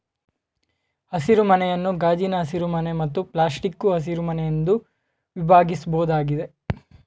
ಹಸಿರುಮನೆಯನ್ನು ಗಾಜಿನ ಹಸಿರುಮನೆ ಮತ್ತು ಪ್ಲಾಸ್ಟಿಕ್ಕು ಹಸಿರುಮನೆ ಎಂದು ವಿಭಾಗಿಸ್ಬೋದಾಗಿದೆ